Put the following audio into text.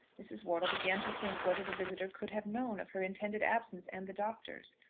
mrs. wortle began to think whether the visitor could have known of her intended absence and the doctor's.